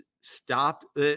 stopped